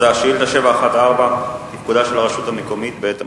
שאילתא מס' 714: תפקודה של הרשות המקומית בעת משבר.